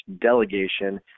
delegation